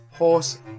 Horse